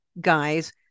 guys